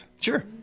Sure